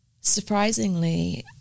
surprisingly